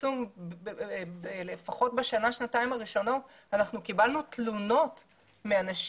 לפחות בשנה-שנתיים הראשונות אנחנו קיבלנו תלונות מאנשים.